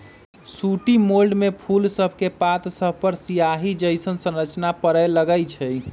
sooty mould में फूल सभके पात सभपर सियाहि जइसन्न संरचना परै लगैए छइ